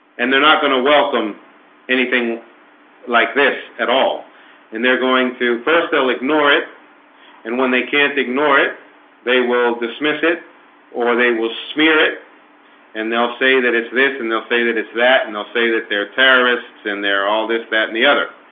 and they're not going to welcome anything like this at all and they're going to first they'll ignore it and when they can't ignore it they will dismiss it or they will smear it and they'll say that it's this and they'll say that it's that and they'll say that they're terrorists in there all this that in the other.